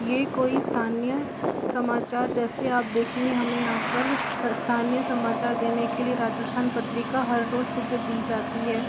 यह कोई स्थानीय समाचार जैसे आप देखेंगे हमें यहाँ पर स स्थानीय समाचार देने के लिए राजस्थान पत्रिका हर रोज़ सुबह दी जाती है